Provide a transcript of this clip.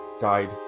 Guide